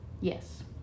Yes